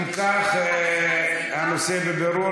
אם כך, הנושא בבירור.